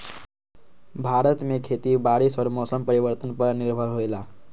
भारत में खेती बारिश और मौसम परिवर्तन पर निर्भर होयला